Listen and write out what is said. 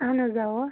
اہن حظ آ